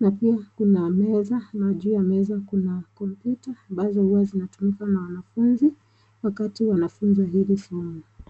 na pia kuna meza na juu ya meza kuna kompyuta ambazo huwa zinatumika na wanafunzi wakati wanafunzwa hili somo.